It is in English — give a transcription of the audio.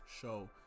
show